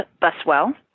Buswell